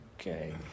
okay